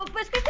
was